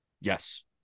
Yes